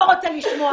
לא רוצה לשמוע.